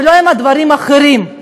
ולא בדברים אחרים,